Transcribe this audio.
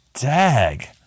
dag